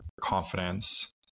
confidence